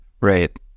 Right